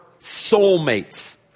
soulmates